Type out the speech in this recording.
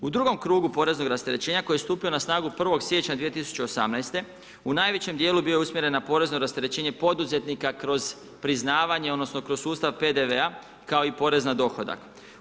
U drugom krugu poreznog rasterećenja koje je stupio na snagu 1. siječnja 2018. u najvećem dijelu je bio usmjeren na porezno rasterećenje poduzetnika kroz priznavanje odnosno kroz sustav PDV-a kao i porez na dohodak.